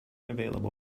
available